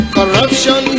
Corruption